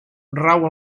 rau